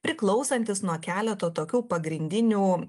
priklausantis nuo keleto tokių pagrindinių